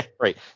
Right